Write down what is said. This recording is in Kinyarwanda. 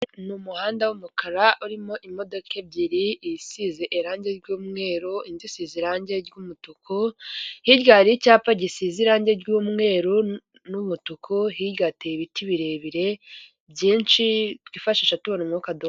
Ni umuhanda w'umukara urimo imodoka ebyiri isize irangi ry'umweru indi isize irangi ry'umutuku, hirya hari icyapa gisize irangi ry'umweru n'umutuku, hirya hateye ibiti birebire byinshi twifashisha tubona umwuka duhumeka.